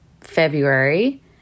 February